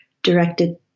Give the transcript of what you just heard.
directed